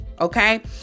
okay